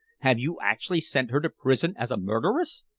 have you actually sent her to prison as a murderess?